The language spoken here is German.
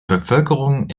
bevölkerung